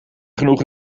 genoeg